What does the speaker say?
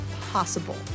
possible